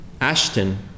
Ashton